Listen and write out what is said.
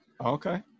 Okay